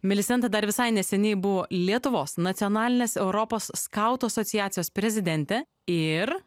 milisandra dar visai neseniai buvo lietuvos nacionalinės europos skautų asociacijos prezidentė ir